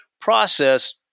process